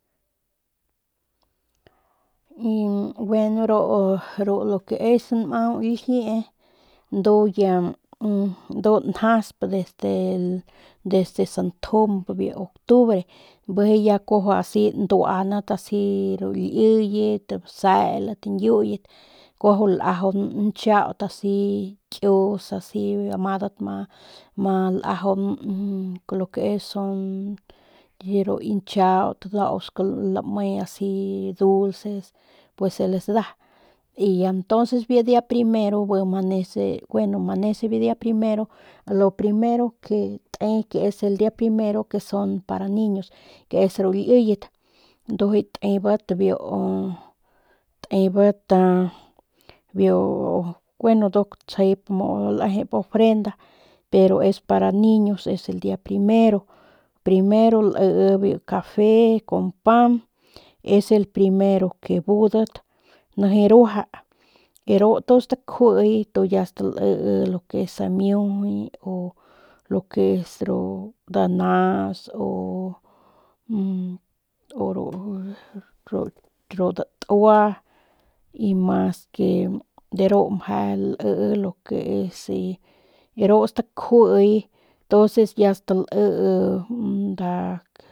bueno pues lo ke es mau ljie ndu njasp este desde santjump de octubre bijiy ya kuajau duanat asi ya ru liyet baseelat ñyudat kuajau lajaun nchiaut asi kius asi madat ma lagaun lo que es son ru ki nchaut nau sku lame asi dulces pues se le da y ya entonces biu el dia primero bi manece biu dia primero lo primero ke te que es dia primero que son para niños que es para liyet tebat biu bueno nduk mu tsjep ofrenda pero es para niños es el dia primero primero lii ru lo que es el cafe con pan es el primero ke budat nijiy ruaja 01:05 y ru ndu stakjui ya staii lo es miujuy o lo que es danas ru datua y mas que ru meje lii lo que es y ru stajui ntonces y ya stalii nda nduk.